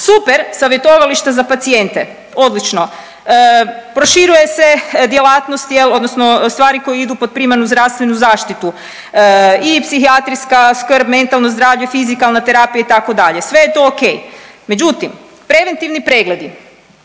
Super, savjetovališta za pacijente, odlično. Proširuje se djelatnost jel odnosno stvari koje idu pod primarnu zdravstvenu zaštitu i psihijatrijska skrb, mentalno zdravlje, fizikalna terapija itd. sve je to ok. Međutim, preventivni pregledi